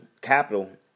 capital